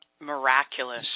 miraculous